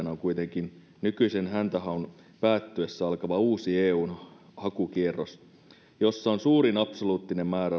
on kuitenkin nykyisen häntähaun päättyessä alkava uusi eun hakukierros jossa on suurin absoluuttinen määrä